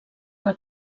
una